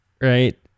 right